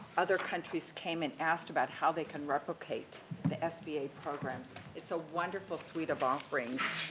other countries came and asked about how they can replicate the sba programs. it's a wonderful sweet of offerings.